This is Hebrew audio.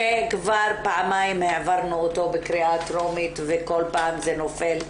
שכבר פעמיים העברנו אותו בקריאה טרומית וכל פעם זה נופל,